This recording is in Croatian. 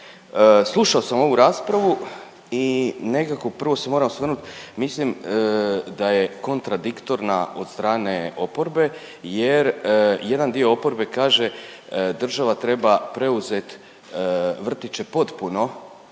Slušao sam ovu raspravu i nekako prvo se moram osvrnut mislim da je kontradiktorna od strane oporbe jer jedan dio oporbe kaže država treba preuzet vrtiće potpuno